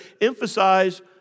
emphasize